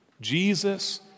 Jesus